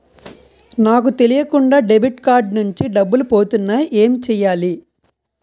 నాకు తెలియకుండా debit card నుంచి డబ్బులు పోతున్నాయి ఎం చెయ్యాలి?